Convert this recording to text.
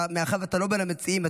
מאחר שאתה לא בין המציעים,